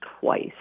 twice